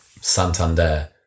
santander